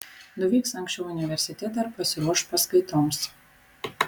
nuvyks anksčiau į universitetą ir pasiruoš paskaitoms